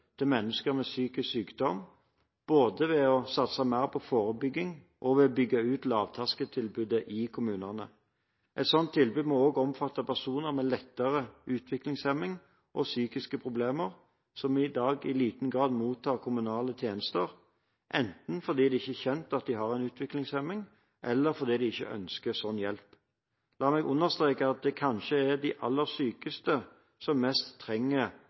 mennesker med psykisk sykdom, både ved å satse mer på forebygging og ved å bygge ut lavterskeltilbudet i kommunene. Et sånt tilbud må også omfatte personer med lettere utviklingshemming og psykiske problemer, som i dag i liten grad mottar kommunale tjenester – enten fordi det ikke er kjent at de har en utviklingshemming, eller fordi de ikke ønsker sånn hjelp. La meg understreke at det kanskje er de aller sykeste som mest trenger